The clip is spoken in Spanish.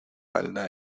falda